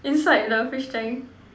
inside the fish tank